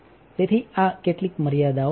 તેથી આ કેટલીક મર્યાદાઓ છે